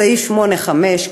בסעיף 8(5),